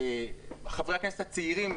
חברי הכנסת הצעירים,